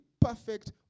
perfect